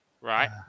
Right